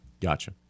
Gotcha